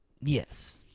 yes